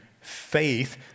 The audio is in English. faith